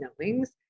knowings